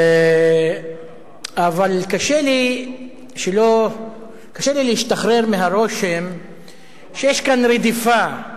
אבל קשה לי להשתחרר מהרושם שיש כאן רדיפה.